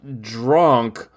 drunk